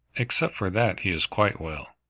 except for that he is quite well.